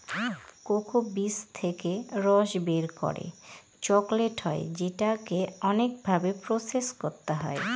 cocoa বীজ থেকে রস বের করে চকলেট হয় যেটাকে অনেক ভাবে প্রসেস করতে হয়